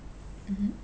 mmhmm